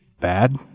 bad